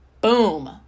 Boom